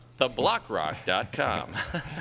Theblockrock.com